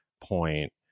point